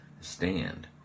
stand